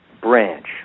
branch